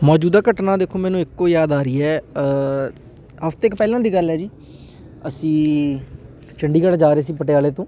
ਮੌਜੂਦਾ ਘਟਨਾ ਦੇਖੋ ਮੈਨੂੰ ਇੱਕੋ ਯਾਦ ਆ ਰਹੀ ਹੈ ਹਫ਼ਤੇ ਕੁ ਪਹਿਲਾਂ ਦੀ ਗੱਲ ਹੈ ਜੀ ਅਸੀਂ ਚੰਡੀਗੜ੍ਹ ਜਾ ਰਹੇ ਸੀ ਪਟਿਆਲੇ ਤੋਂ